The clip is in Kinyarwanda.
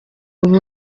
ubu